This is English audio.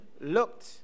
looked